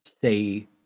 say